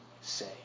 say